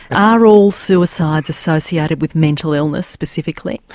are all suicides associated with mental illness specifically?